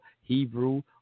Hebrew